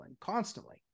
constantly